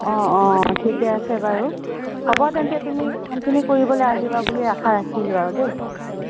অ' অ' ঠিকে আছে বাৰু হ'ব তেন্তে তুমি কামখিনি কৰিবলৈ আহিবা বুলি আশা ৰাখিলোঁ আৰু দেই